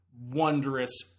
wondrous